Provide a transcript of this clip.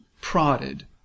prodded